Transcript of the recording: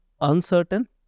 uncertain